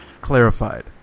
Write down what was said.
clarified